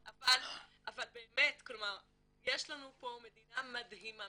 אבל באמת, כלומר, יש לנו פה מדינה מדהימה.